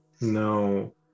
No